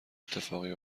اتفاقی